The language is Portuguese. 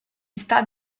está